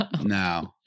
No